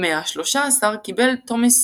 במאה ה-13 קיבל תומאס